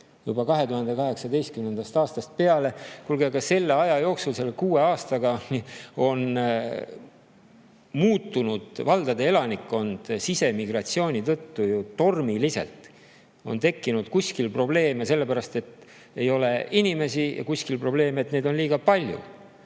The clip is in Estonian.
juba 2018. aastast peale. Kuulge, selle aja jooksul, kuue aastaga, on muutunud valdade elanikkond sisemigratsiooni tõttu ju tormiliselt. Kuskil on tekkinud probleeme sellepärast, et ei ole inimesi, ja kuskil on probleeme, sest neid on liiga palju,